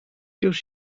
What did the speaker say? już